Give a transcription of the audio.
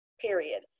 period